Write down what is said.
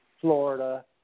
Florida